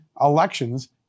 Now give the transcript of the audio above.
elections